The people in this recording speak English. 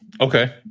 Okay